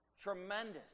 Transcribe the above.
Tremendous